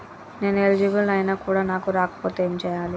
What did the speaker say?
నేను ఎలిజిబుల్ ఐనా కూడా నాకు రాకపోతే ఏం చేయాలి?